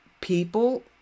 people